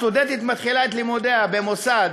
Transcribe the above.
סטודנטית מתחילה את לימודיה במוסד